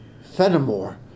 Fenimore